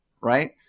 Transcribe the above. Right